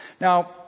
Now